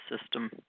system